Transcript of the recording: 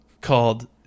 called